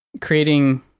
creating